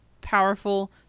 powerful